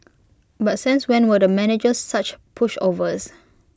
but since when were the managers such pushovers